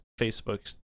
Facebook's